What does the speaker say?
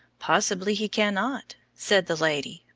possibly he cannot, said the lady,